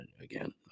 again